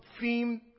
theme